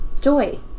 joy